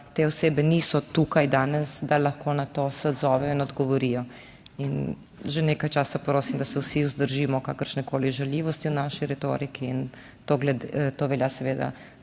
te osebe danes niso tukaj, da bi se lahko na to odzvale in odgovorile. Že nekaj časa prosim, da se vsi vzdržimo kakršnekoli žaljivosti v naši retoriki, to velja seveda